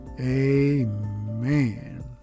Amen